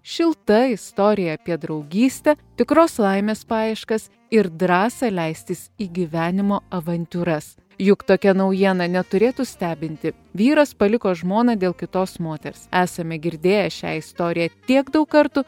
šilta istorija apie draugystę tikros laimės paieškas ir drąsą leistis į gyvenimo avantiūras juk tokia naujiena neturėtų stebinti vyras paliko žmoną dėl kitos moters esame girdėję šią istoriją tiek daug kartų